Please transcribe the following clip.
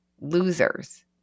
losers